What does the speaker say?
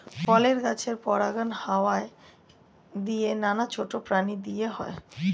ফলের গাছের পরাগায়ন হাওয়া দিয়ে, নানা ছোট প্রাণী দিয়ে হয়